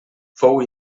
fou